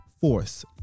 force